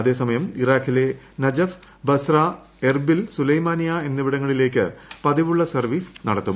അതേസമയം ഇറാഖിലെ Najaf Basra Erbil Sulaymaniyah എന്നിവിടങ്ങളിലേക്ക് പതിവുള്ള സർവീസ് നടത്തും